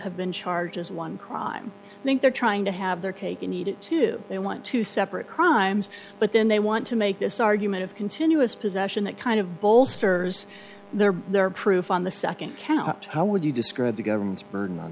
have been charged as one crime i think they're trying to have their cake and eat it too they want to separate crimes but then they want to make this argument of continuous possession that kind of bolsters their their proof on the second count how would you describe the government's burden on